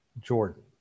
jordan